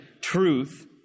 truth